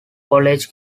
college